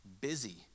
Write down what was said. busy